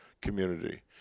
community